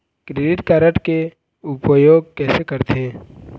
Credit card के उपयोग कैसे करथे?